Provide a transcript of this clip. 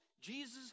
Jesus